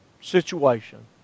situation